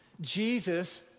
Jesus